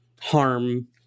harm